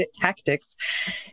tactics